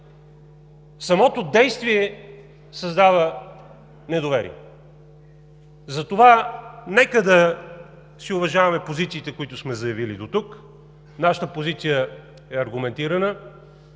Самото действие създава недоверие. Затова нека да си уважаваме позициите, които сме заявили дотук. Нашата позиция е аргументирана.